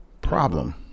Problem